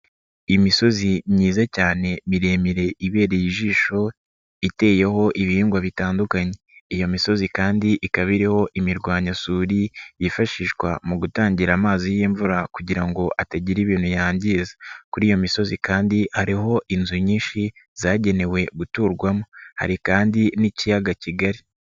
Imisozi myiza cyane miremire ibereye ijisho, iteyeho ibihingwa bitandukanye. Iyo misozi kandi ikaba iriho imirwanyasuri, yifashishwa mu gutangira amazi y'imvura kugira ngo atagira ibintu yangiza. Kuri iyo misozi kandi hariho inzu nyinshi zagenewe guturwamo. Hari kandi n'ikiyaga kigari.